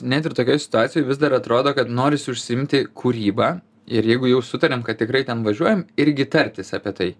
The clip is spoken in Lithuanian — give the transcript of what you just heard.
net ir tokioj situacijoj vis dar atrodo kad norisi užsiimti kūryba ir jeigu jau sutarėm kad tikrai ten važiuojam irgi tartis apie tai